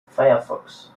firefox